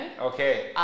Okay